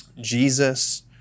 Jesus